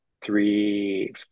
three